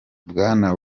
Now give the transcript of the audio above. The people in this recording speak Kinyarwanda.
bwana